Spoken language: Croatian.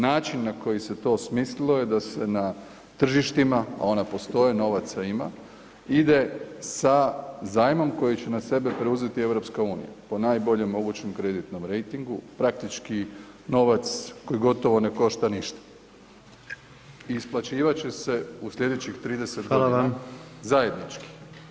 Način na koji se to smislilo je da se na tržištima, ona postoje, novaca ima, ide sa zajmom koji će na sebe preuzeti EU po najboljem mogućem kreditnom rejtingu, praktički novac koji gotovo ne košta ništa i isplaćivat će se u slijedećih 30.g [[Upadica: Hvala vam]] zajednički.